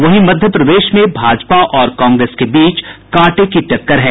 वहीं मध्य प्रदेश में भाजपा और कांग्रेस के बीच कांटे की टक्कर है